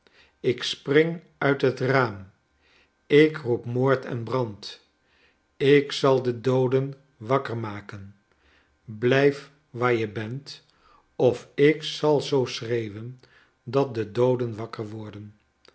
ik spring uit het raam ik roep moord en brand ik zal de dooden wakker maken blijf waar je bent of ik zal zoo schreeuwen dat de dooden wakker worden